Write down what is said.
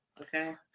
okay